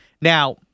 Now